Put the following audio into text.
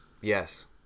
Yes